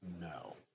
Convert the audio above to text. No